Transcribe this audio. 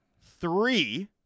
Three